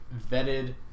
vetted